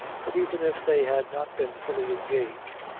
but even if they had not been fully engaged,